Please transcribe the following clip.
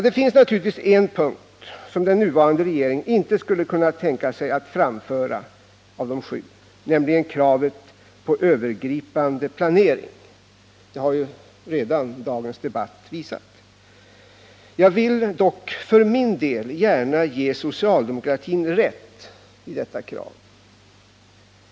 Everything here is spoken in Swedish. Det finns emellertid en punkt av de sju som den nuvarande regeringen naturligtvis inte skulle kunna tänka sig att framföra, nämligen kravet på övergripande planering — detta har ju dagens debatt redan visat. Jag vill dock för min del gärna ge socialdemokraterna rätt i detta krav.